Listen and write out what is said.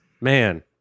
man